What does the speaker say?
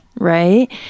Right